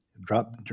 drop